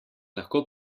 lahko